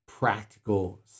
practical